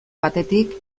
batetik